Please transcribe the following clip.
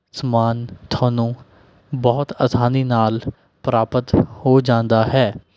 ਸਮਾਨ ਤੁਹਾਨੂੰ ਬਹੁਤ ਆਸਾਨੀ ਨਾਲ ਪ੍ਰਾਪਤ ਹੋ ਜਾਂਦਾ ਹੈ